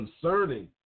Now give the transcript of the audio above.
concerning